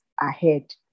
ahead